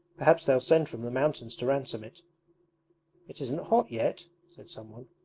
perhaps they'll send from the mountains to ransom it it isn't hot yet said someone.